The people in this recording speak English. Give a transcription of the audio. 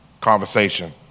conversation